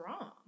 wrong